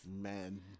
man